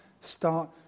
start